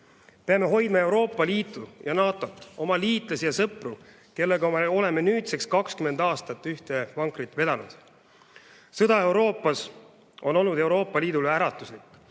Peame hoidma Euroopa Liitu ja NATO-t, oma liitlasi ja sõpru, kellega me oleme nüüdseks 20 aastat ühte vankrit vedanud. Sõda Euroopas on olnud Euroopa Liidule äratuslik.